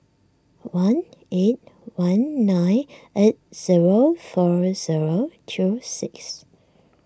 one eight one nine eight zero four zero two six